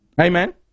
Amen